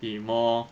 be more